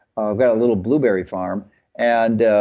ah got a little blueberry farm and